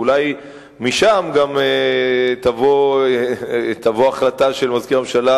ואולי משם גם תבוא החלטה של מזכיר הממשלה